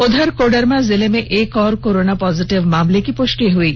उधर कोडरमा जिले में एक और कोरोना पोजेटिव मामले की पुष्टि हुई है